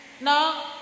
Now